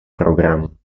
program